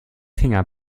finger